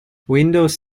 windows